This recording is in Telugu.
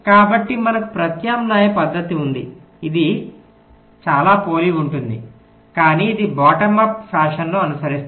కాబట్టి మనకు ప్రత్యామ్నాయ పద్ధతి ఉంది ఇది చాలా పోలి ఉంటుంది కానీ ఇది బాటమ్ అప్ ఫ్యాషన్ను అనుసరిస్తుంది